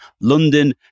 London